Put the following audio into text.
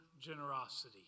generosity